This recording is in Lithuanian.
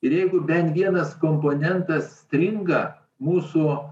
ir jeigu bent vienas komponentas stringa mūsų